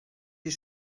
you